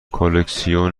کلکسیون